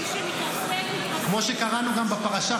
כמו שקראנו גם בפרשה,